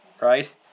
Right